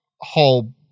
whole